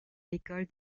l’école